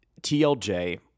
TLJ